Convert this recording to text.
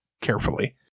carefully